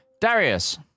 Darius